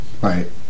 Right